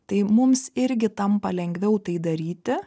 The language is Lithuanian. tai mums irgi tampa lengviau tai daryti